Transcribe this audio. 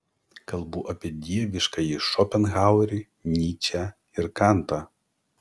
kalbu apie dieviškąjį šopenhauerį nyčę ir kantą